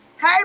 Hey